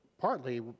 partly